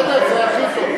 בסדר, זה הכי טוב.